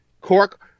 Cork